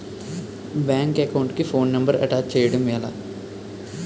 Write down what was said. Bank account కి phone number attach చేయడం ఎలా?